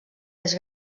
més